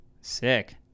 sick